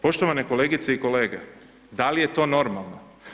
Poštovane kolegice i kolege, da li je to normalno?